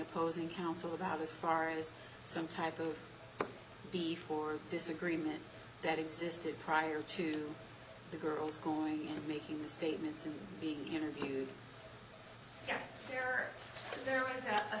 opposing counsel about as far as some type of before disagreement that existed prior to the girl's schooling making the statement to be interviewed yes there there was a